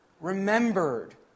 remembered